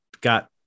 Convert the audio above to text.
got